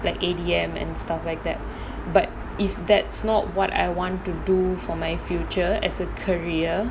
like A_D_M and stuff like that but if that's not what I want to do for my future as a career